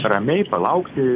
ramiai palaukti